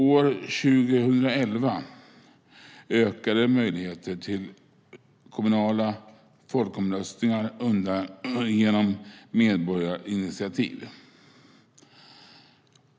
År 2011 ökade möjligheterna till kommunala folkomröstningar genom medborgarinitiativ.